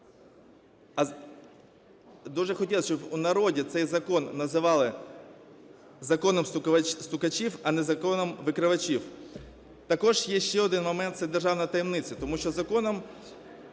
дуже хотілося б, щоб у народі цей закон називали законом стукачів, а не законом викривачів. Також є ще один момент, це державна таємниця. Тому що Законом